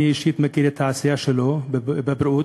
אני אישית מכיר את העשייה שלו בבריאות.